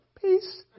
peace